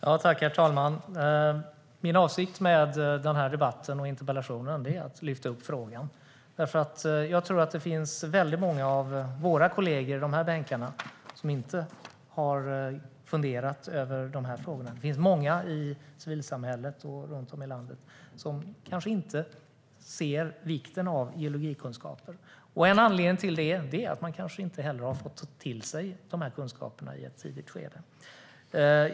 Herr talman! Min avsikt med denna interpellationsdebatt är att lyfta upp frågan. Jag tror att många av kollegorna i bänkarna i kammaren inte har funderat över dessa frågor. Det finns många i civilsamhället och runt om i landet som inte förstår vikten av geologikunskaper. En anledning till det är att de inte har fått kunskaperna i ett tidigt skede.